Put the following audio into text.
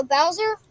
Bowser